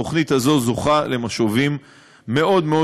התוכנית הזאת זוכה למשובים מאוד מאוד